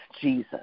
Jesus